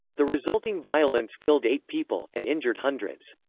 the resulting violence killed eight people, and injured hundreds.